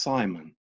Simon